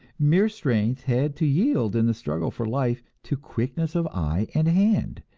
mere strength had to yield in the struggle for life to quickness of eye and hand,